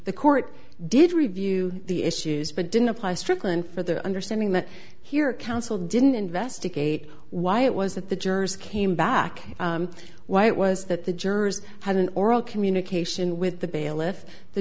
the court did review the issues but didn't apply strickland for the understanding that he or counsel didn't investigate why it was that the jurors came back why it was that the jurors had an oral communication with the bailiff the